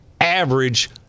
average